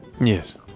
Yes